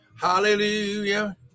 Hallelujah